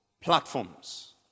platforms